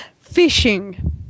Fishing